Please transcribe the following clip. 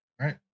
Right